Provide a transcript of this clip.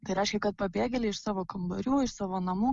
tai reiškia kad pabėgėliai iš savo kambarių iš savo namų